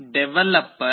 mbed